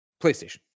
PlayStation